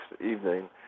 evening